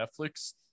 Netflix